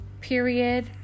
period